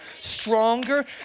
stronger